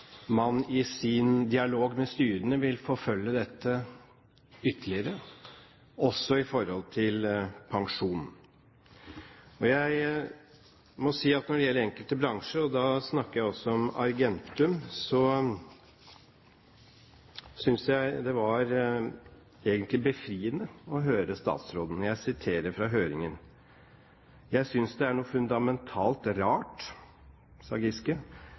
man i sin dialog med styrene vil forfølge dette ytterligere, også når det gjelder pensjon. Jeg må si at når det gjelder enkelte bransjer, og da snakker jeg også om Argentum, synes jeg egentlig det var befriende å høre statsråden. Statsråd Giske sa i høringen at han synes «det er noe fundamentalt rart